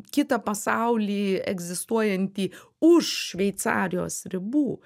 kitą pasaulį egzistuojantį už šveicarijos ribų